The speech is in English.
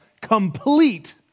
complete